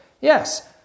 Yes